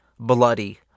bloody